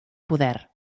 poder